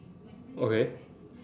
okay